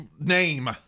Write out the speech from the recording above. name